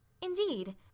Indeed